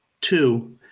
two